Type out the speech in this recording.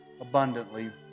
abundantly